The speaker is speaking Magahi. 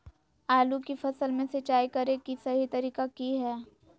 आलू की फसल में सिंचाई करें कि सही तरीका की हय?